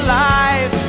life